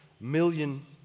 million